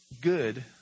good